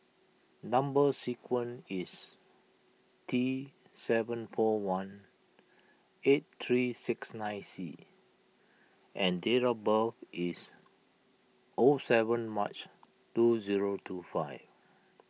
Number Sequence is T seven four one eight three six nine C and date of birth is O seven March two zero two five